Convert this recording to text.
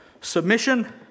Submission